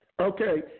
Okay